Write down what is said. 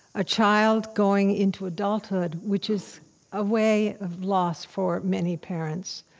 a child going into adulthood, which is a way of loss for many parents,